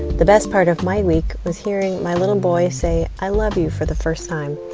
the best part of my week was hearing my little boy say i love you for the first time.